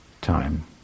time